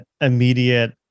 immediate